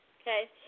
okay